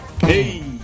Hey